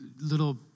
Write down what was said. little